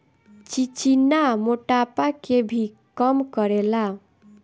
चिचिना मोटापा के भी कम करेला